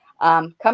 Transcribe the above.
Come